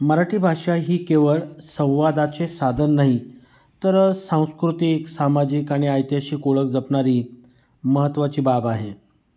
मराठी भाषा ही केवळ संवादाचे साधन नाही तर सांस्कृतिक सामाजिक आणि ऐतिहासिक ओळख जपणारी महत्त्वाची बाब आहे